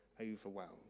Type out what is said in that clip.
overwhelmed